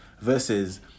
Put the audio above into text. versus